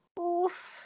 Oof